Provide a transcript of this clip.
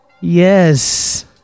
Yes